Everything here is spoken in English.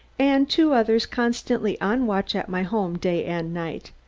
and two others constantly on watch at my home, day and night.